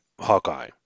Hawkeye